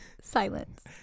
silence